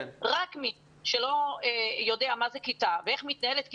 רק מי שלא יודע מה זה כיתה ואיך מתנהלת כיתה,